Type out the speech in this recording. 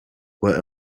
what